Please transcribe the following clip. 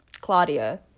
claudia